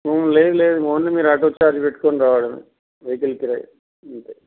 లేదు లేదు ముందు ఓన్లీ మీరు ఆటో ఛార్జ్ పెట్టుకుని రావడం వెహికల్ కిరాయి అంతే